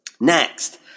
Next